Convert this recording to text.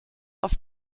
auf